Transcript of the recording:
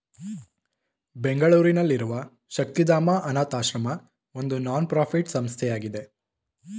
ಬೆಂಗಳೂರಿನಲ್ಲಿರುವ ಶಕ್ತಿಧಾಮ ಅನಾಥಶ್ರಮ ಒಂದು ನಾನ್ ಪ್ರಫಿಟ್ ಸಂಸ್ಥೆಯಾಗಿದೆ